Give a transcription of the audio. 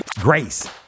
Grace